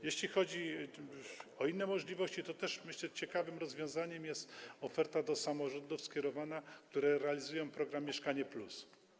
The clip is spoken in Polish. Jeśli chodzi o inne możliwości, to też, myślę, ciekawym rozwiązaniem jest oferta skierowana do samorządów, które realizują program „Mieszkanie+”